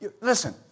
Listen